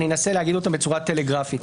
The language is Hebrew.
אני אנסה להגיד אותם בצורה טלגרפית.